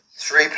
three